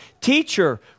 Teacher